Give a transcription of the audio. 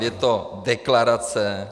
Je to deklarace.